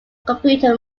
computer